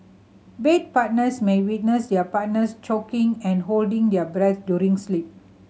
bed partners may witness their partners choking and holding their breath during sleep